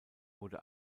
wurde